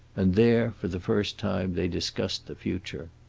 and there for the first time they discussed the future.